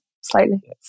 slightly